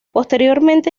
posteriormente